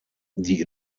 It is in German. die